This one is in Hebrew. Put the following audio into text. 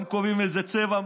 הם קובעים איזה צבע,